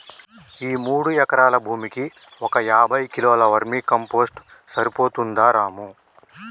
ఈ మూడు ఎకరాల భూమికి ఒక యాభై కిలోల వర్మీ కంపోస్ట్ సరిపోతుందా రాము